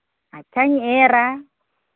ᱟᱪᱪᱷᱟᱧ ᱮᱨᱟ